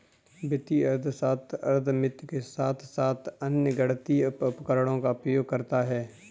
वित्तीय अर्थशास्त्र अर्थमिति के साथ साथ अन्य गणितीय उपकरणों का उपयोग करता है